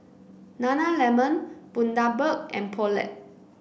Nana Lemon Bundaberg and Poulet